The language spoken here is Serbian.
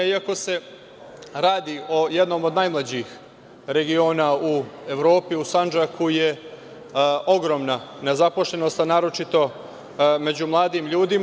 Iako se radi o jednom od najmlađih regiona u Evropi, u Sandžaku je ogromna nezaposlenost, a naročito među mladim ljudima.